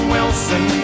Wilson